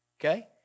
Okay